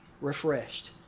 refreshed